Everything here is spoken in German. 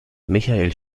michael